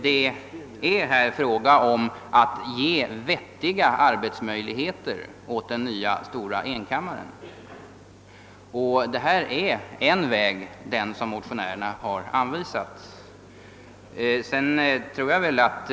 Vad frågan gäller är att ge vettiga arbetsmöjligheter åt den nya stora enkammaren, och den väg som motionärerna har anvisat är just ett led i en sådan strävan.